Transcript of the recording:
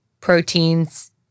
proteins